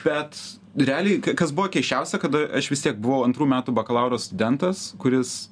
bet realiai kas buvo keisčiausia kad aš vis tiek buvau antrų metų bakalauro studentas kuris